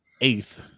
eighth